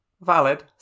Valid